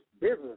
business